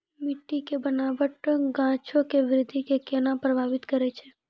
मट्टी के बनावट गाछो के वृद्धि के केना प्रभावित करै छै?